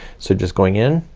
so just going in,